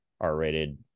R-rated